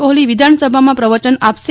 કોહલી વિધાનસભામાં પ્રવચન આપશે